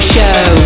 Show